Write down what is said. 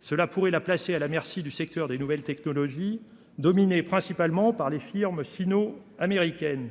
Cela pourrait la placer à la merci du secteur des nouvelles technologies dominé principalement par les firmes sino-américaine.